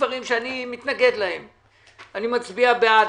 אני מצביע בעד.